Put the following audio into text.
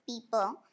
people